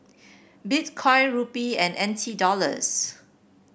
Bitcoin Rupee and N T Dollars